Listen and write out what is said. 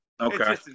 okay